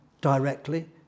directly